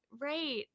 right